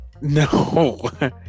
No